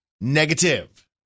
Negative